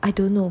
I don't know